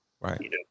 Right